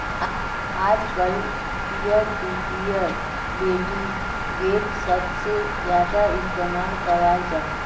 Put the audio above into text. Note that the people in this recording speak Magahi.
आजकल पियर टू पियर लेंडिंगेर सबसे ज्यादा इस्तेमाल कराल जाहा